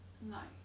like